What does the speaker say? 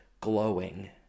glowing